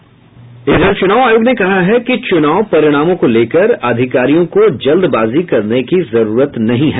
चुनाव आयोग ने कहा है कि चुनाव परिणामों को लेकर अधिकारियों को जल्बाजी करने की जरूरत नहीं है